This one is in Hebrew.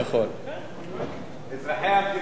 אזרחי המדינה מבינים מהר.